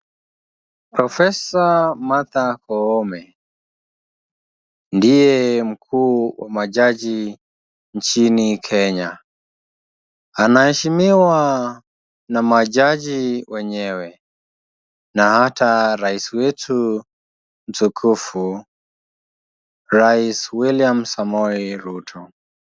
Profesa Martha Koome ndiye mkuu wa majaji nchini Kenya. Anaheshimiwa na majaji wenyewe na hata rais wetu, mtukufu rais William Samoei Ruto.